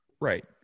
right